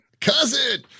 Cousin